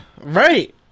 Right